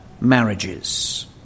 marriages